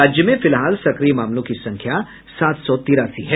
राज्य में फिलहाल सक्रिय मामलों की संख्या सात सौ तिरासी है